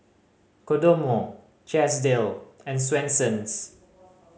Kodomo Chesdale and Swensens